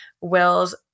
Will's